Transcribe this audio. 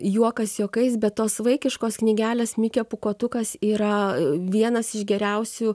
juokas juokais bet tos vaikiškos knygelės mikė pūkuotukas yra vienas iš geriausių